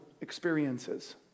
experiences